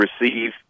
receive